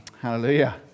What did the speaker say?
Hallelujah